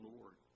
Lord